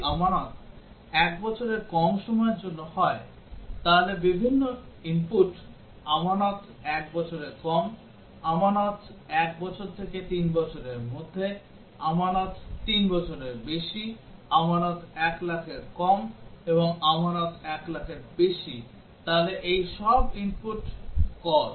যদি আমানত 1 বছরের কম সময়ের জন্য হয় তাহলে এগুলি বিভিন্ন input আমানত 1 বছরের কম আমানত 1 বছর থেকে 3 বছরের মধ্যে আমানত 3 বছরের বেশি আমানত 1 লাখের কম এবং আমানত 1 লাখের বেশি তাহলে এগুলো সব ইনপুট cause